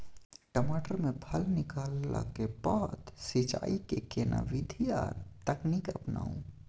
टमाटर में फल निकलला के बाद सिंचाई के केना विधी आर तकनीक अपनाऊ?